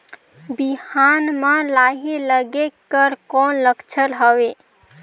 बिहान म लाही लगेक कर कौन लक्षण हवे?